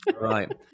Right